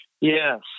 Yes